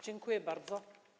Dziękuję bardzo.